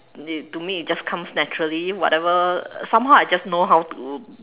to me it just comes naturally whatever somehow I just know how to